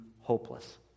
hopeless